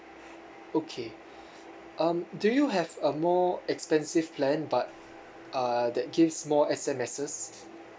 okay um do you have a more expensive plan but uh that gives more S_M_Ss